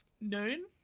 Noon